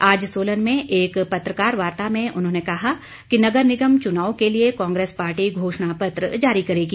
आज सोलन में एक पत्रकार वार्ता में उन्होंने कहा कि नगर निगम चुनाव के लिए कांग्रेस पार्टी घोषणा पत्र जारी करेगी